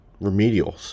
remedial